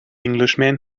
englishman